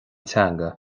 teanga